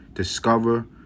discover